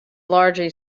largely